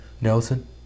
nelson